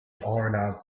arnav